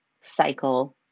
cycle